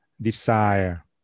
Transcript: desire